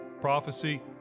prophecy